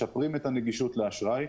משפרים את הנגישות לאשראי,